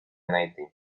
найти